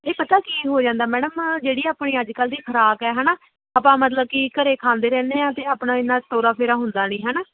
ਇਹ ਪਤਾ ਕੀ ਹੋ ਜਾਂਦਾ ਮੈਡਮ ਜਿਹੜੀ ਆਪਣੀ ਅੱਜ ਕੱਲ੍ਹ ਦੀ ਖੁਰਾਕ ਹੈ ਹੈ ਨਾ ਆਪਾਂ ਮਤਲਬ ਕਿ ਘਰੇ ਖਾਂਦੇ ਰਹਿੰਦੇ ਆ ਅਤੇ ਆਪਣਾ ਇੰਨਾਂ ਤੋਰਾ ਫੇਰਾ ਹੁੰਦਾ ਨਹੀਂ ਹੈ ਨਾ